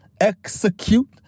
Execute